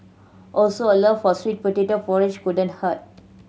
also a love for sweet potato porridge couldn't hurt